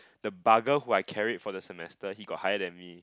the bugger who I carried for the semester he got higher than me